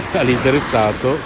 all'interessato